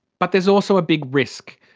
but there's also a big risk.